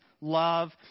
love